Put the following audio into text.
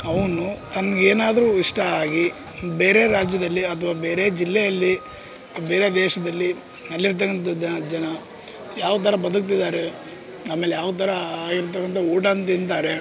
ಅವನು ತನ್ಗೆ ಏನಾದರು ಇಷ್ಟ ಆಗಿ ಬೇರೆ ರಾಜ್ಯದಲ್ಲಿ ಅಥ್ವ ಬೇರೆ ಜಿಲ್ಲೆಯಲ್ಲಿ ಬೇರೆ ದೇಶದಲ್ಲಿ ಅಲ್ಲಿರ್ತಕ್ಕಂಥ ಜನ ಜನ ಯಾವ ಥರ ಬದುಕ್ತಿದ್ದಾರೆ ಆಮೇಲೆ ಯಾವ ಥರ ಆಗಿರ್ತಕ್ಕಂಥ ಊಟ ತಿಂತಾರೆ